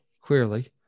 Clearly